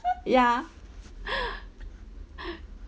ya